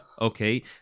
Okay